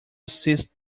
assist